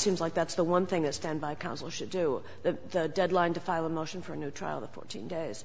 seems like that's the one thing that standby counsel should do the deadline to file a motion for a new trial the fourteen days